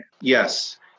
Yes